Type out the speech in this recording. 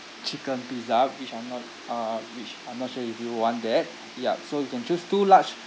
chicken pizza which I'm not uh which I'm not sure if you want that yup so you can choose two large